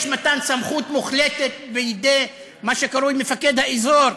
יש מתן סמכות מוחלטת בידי מה שקרוי מפקד האזור.